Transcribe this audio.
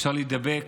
אפשר להיאבק